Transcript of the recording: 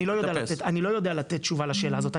אני לא יודע לתת תשובה לשאלה הזאת.